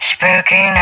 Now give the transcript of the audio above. Spooky